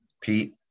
Pete